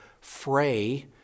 fray